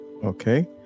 Okay